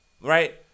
right